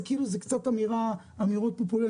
זה כאילו קצת אמירות פופוליסטיות,